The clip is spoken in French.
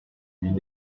dîner